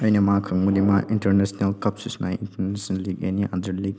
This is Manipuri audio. ꯑꯩꯅ ꯃꯥ ꯈꯪꯕꯗꯤ ꯃꯥ ꯏꯟꯇꯔꯅꯦꯁꯅꯦꯜ ꯀꯞꯁꯨ ꯁꯥꯟꯅꯩ ꯏꯟꯇꯔꯅꯦꯁꯅꯦꯜ ꯂꯤꯛ ꯑꯟꯗꯔ ꯂꯤꯛ